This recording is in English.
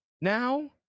now